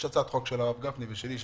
יש הצעת חוק של הרב גפני ושלי שמונחת,